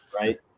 Right